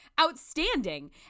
Outstanding